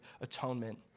atonement